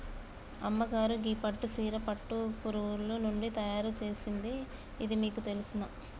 అమ్మగారు గీ పట్టు సీర పట్టు పురుగులు నుండి తయారు సేసింది ఇది మీకు తెలుసునా